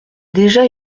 déjà